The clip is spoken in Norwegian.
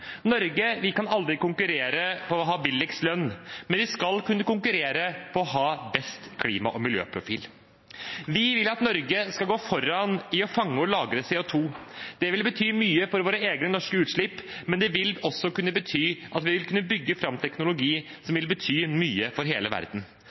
Norge kan aldri konkurrere om å ha lavest lønn, men vi skal kunne konkurrere om å ha best klima- og miljøprofil. Vi vil at Norge skal gå foran i å fange og lagre CO2. Det vil bety mye for våre egne norske utslipp, men det vil også kunne bety at vi vil kunne bygge teknologi som